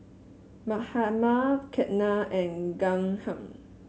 Mahatma Ketna and Ghanshyam